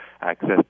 access